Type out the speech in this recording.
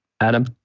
Adam